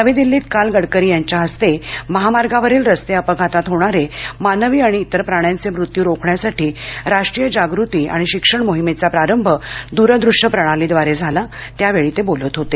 नवी दिल्लीत काल गडकरी यांच्या हस्ते महामार्गावरील रस्ते अपघातात होणारे मानवी आणि इतर प्राण्यांचे मृत्यू रोखण्यासाठी राष्ट्रीय जागृती आणि शिक्षण मोहिमेचा प्रारंभ द्रदृष्य प्रणालीद्वारे झाला त्यावेळी ते बोलत होते